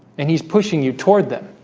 and he's pushing you toward them